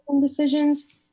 decisions